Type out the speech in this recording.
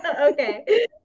Okay